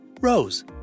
Rose